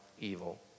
evil